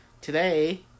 today